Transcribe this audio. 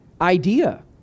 idea